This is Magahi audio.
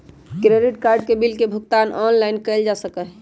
क्रेडिट कार्ड के बिल के भुगतान ऑनलाइन कइल जा सका हई